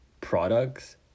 products